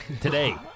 Today